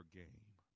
game